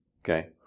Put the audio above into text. Okay